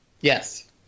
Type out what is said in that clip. Yes